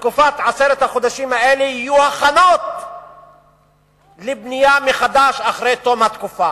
בתקופת עשרת החודשים האלה יהיו הכנות לבנייה מחדש אחרי תום התקופה?